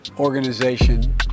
organization